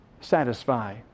satisfy